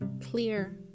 clear